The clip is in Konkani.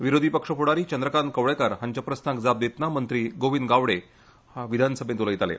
विरोधी पक्ष फ्डारी चंद्रकांत कवळेकार हांच्या प्रस्नाक जाप दितनां मंत्रीगोविंद गावडे विधानसभेंत उलयताले